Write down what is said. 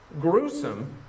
gruesome